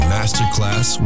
Masterclass